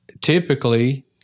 typically